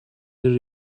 the